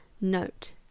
note